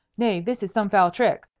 nay, this is some foul trick,